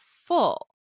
full